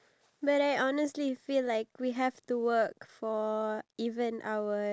yeah man living our lives after a time when